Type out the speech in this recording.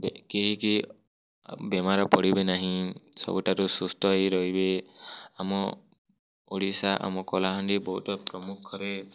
କେହି କେହି ବେମାର ପଡ଼ିବେ ନାହିଁ ସବୁଠାରୁ ସୁସ୍ଥ ହୋଇରହିବେ ଆମ ଓଡ଼ିଶା ଆମ କଲାହାଣ୍ଡି ବୌଦ୍ଧ ପ୍ରମୁଖରେ